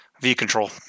V-Control